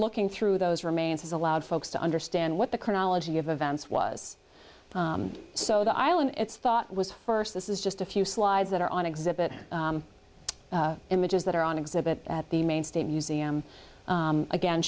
looking through those remains is allowed folks to understand what the chronology of events was so the island it's thought was first this is just a few slides that are on exhibit images that are on exhibit at the maine state museum again